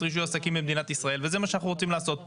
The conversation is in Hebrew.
רישוי העסקים במדינת ישראל וזה מה שאנחנו רוצים לעשות פה.